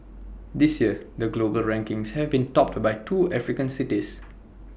this year the global rankings have been topped by two African cities